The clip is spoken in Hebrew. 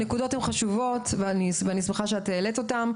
אני שמחה שהעלית את הנקודות החשובות האלו.